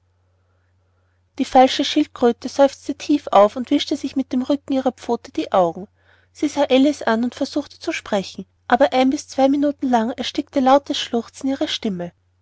die falsche schildkröte seufzte tief auf und wischte sich mit dem rücken ihrer pfote die augen sie sah alice an und versuchte zu sprechen aber ein bis zwei minuten lang erstickte lautes schluchzen ihre stimme